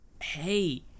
Hey